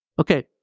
Okay